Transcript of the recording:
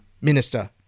Minister